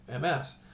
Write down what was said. MS